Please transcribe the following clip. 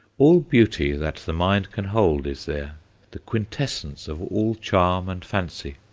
all beauty that the mind can hold is there the quintessence of all charm and fancy.